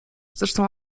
zresztą